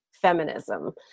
feminism